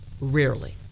Rarely